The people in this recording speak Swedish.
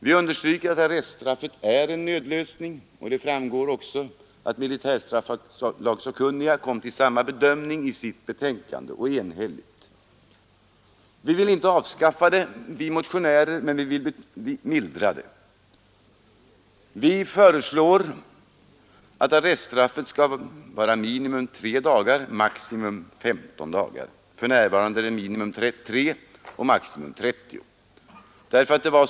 Vi understryker att arreststraffet är en nödlösning; även militärstraffsakkunniga har i ett enhälligt betänkande kommit till samma uppfattning. Vi motionärer vill inte avskaffa arreststraffet, men vi vill mildra det. Vi föreslår att vid arreststraff minimitiden skall vara 3 dagar och maximitiden 15 dagar. För närvarande är minimitiden 3 dagar och maximitiden 30 dagar.